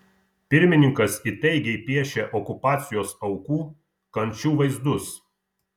pirmininkas įtaigiai piešia okupacijos aukų kančių vaizdus